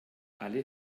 alle